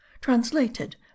translated